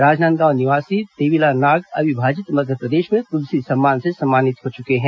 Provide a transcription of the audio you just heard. राजनांदगांव निवासी देवीलाल नाग अविभाजित मध्यप्रदेश में तुलसी सम्मान से सम्मानित हो चुके हैं